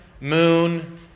moon